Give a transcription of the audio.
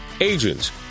agents